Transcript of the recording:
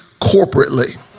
corporately